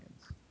hands